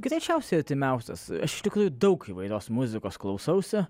greičiausiai artimiausias aš iš tikrųjų daug įvairios muzikos klausausi